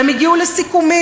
והם הגיעו לסיכומים